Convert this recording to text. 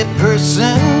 person